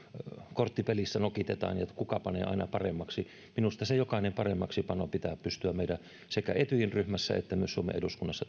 korttipelissä nokitetaan että kuka panee aina paremmaksi minusta jokainen paremmaksipano pitää pystyä meidän sekä etyjin ryhmässä että myös suomen eduskunnassa